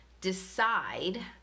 decide